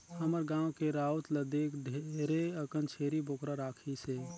हमर गाँव के राउत ल देख ढेरे अकन छेरी बोकरा राखिसे